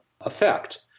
effect